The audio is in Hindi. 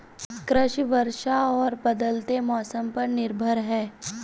कृषि वर्षा और बदलते मौसम पर निर्भर है